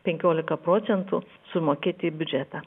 penkiolika procentų sumokėti į biudžetą